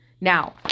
Now